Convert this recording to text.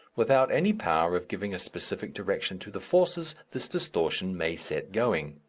without any power of giving a specific direction to the forces this distortion may set going.